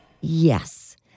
Yes